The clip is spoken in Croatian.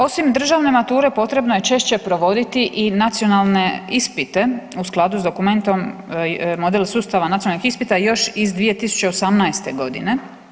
Osim državne mature potrebno je češće provoditi i nacionalne ispite u skladu s dokumentom Model sustava nacionalnih ispita još iz 2018.g.